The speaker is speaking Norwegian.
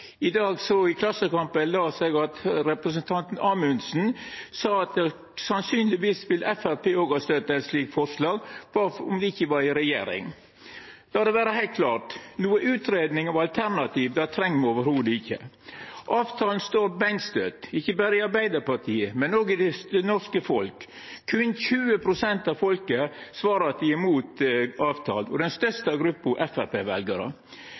I dag i Klassekampen las eg at representanten Amundsen sa at sannsynlegvis ville òg Framstegspartiet ha støtta eit slikt forslag – «dersom vi ikke hadde vært i regjering». La det vera heilt klart: Noka utgreiing av alternativ treng me slett ikkje. Avtalen står beinstøtt – ikkje berre i Arbeidarpartiet, men òg i det norske folket. Berre 20 pst. av folket svarar at dei er imot avtalen, og den